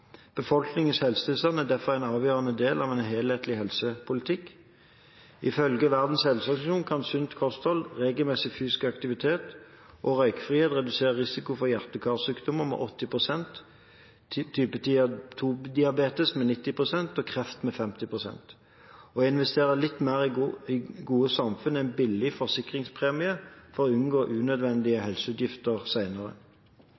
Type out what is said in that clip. Befolkningens helsetilstand er derfor en avgjørende del av en helhetlig helsepolitikk. Ifølge Verdens helseorganisasjon kan sunt kosthold, regelmessig fysisk aktivitet og røykfrihet redusere risikoen for hjerte- og karsykdommer med 80 pst., type 2-diabetes med 90 pst. og kreft med 50 pst. Å investere litt mer i gode samfunn er en billig forsikringspremie for å unngå